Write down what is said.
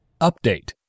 update